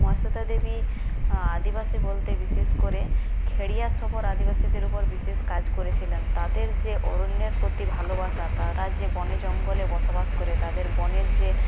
মহাশ্বেতা দেবী আদিবাসী বলতে বিশেষ করে খেড়িয়া শবর আদিবাসীদের ওপর বিশেষ কাজ করেছিলেন তাদের যে অরণ্যের প্রতি ভালোবাসা তারা যে বনে জঙ্গলে বসবাস করে তাদের বনের যে